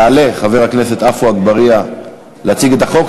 יעלה חבר הכנסת עפו אגבאריה להציג את החוק.